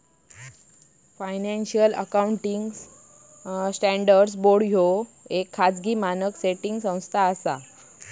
financial accounting standards board ह्या येक खाजगी मानक सेटिंग संस्था असा